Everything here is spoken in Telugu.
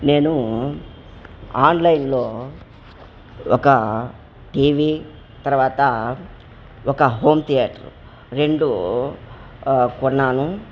నేను ఆన్లైన్లో ఒక టీవీ తరువాత ఒక హోమ్ థియేటర్ రెండు కొన్నాను